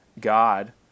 God